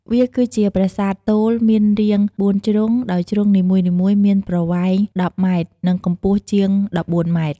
វាគឺជាប្រាសាទទោលមានរាង៤ជ្រុង ដោយជ្រុងនីមួយៗមានប្រវែង ១០ម៉ែត្រ និងកម្ពស់ជាង១៤ម៉ែត្រ។